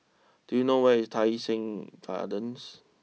do you know where is Tai sing Gardens